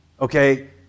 Okay